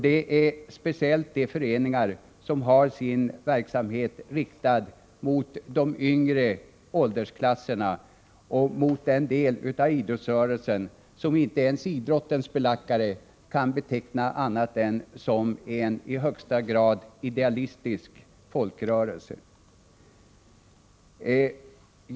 Det är speciellt de föreningar som har sin verksamhet riktad mot de yngre åldersklasserna och mot den del av idrottsrörelsen som inte ens idrottens belackare kan beteckna som annat än en i högsta grad idealistisk folkrörelse.